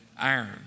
iron